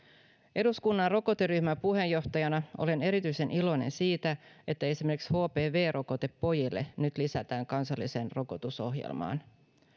eduskunnan rokoteryhmän puheenjohtajana olen erityisen iloinen siitä että esimerkiksi hpv rokote pojille nyt lisätään kansalliseen rokotusohjelmaan